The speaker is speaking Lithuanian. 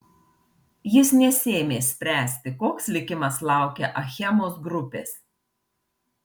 jis nesiėmė spręsti koks likimas laukia achemos grupės